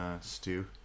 stew